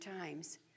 times